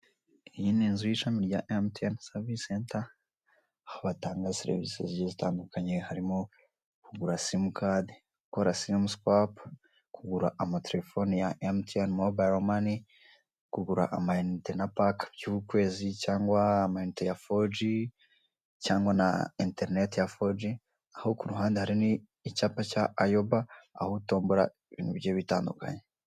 Iyi ni inzu y'ishami rya emutiyene serivise senta. Aho batanga serivise zigiye zitandukanye : harimo kugura simukadi, gukora simu swapu, kugura amaterefone ya emutiyene mobayiro mani, kugura amayinite na paka y'ukwezi cyangwa amayinite ya foji cyangwa na interineti yafoji Aho kurihande hari nicyapa cya ayoba aho utombora ibintu bigiye bitandukanye.